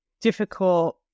difficult